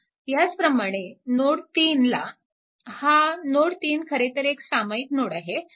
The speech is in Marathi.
ह्याचप्रमाणे नोड 3 ला हा नोड 3 खरेतर एक सामायिक नोड आहे